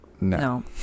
No